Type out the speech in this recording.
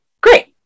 great